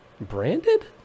branded